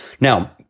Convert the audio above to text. Now